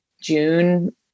June